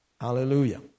Hallelujah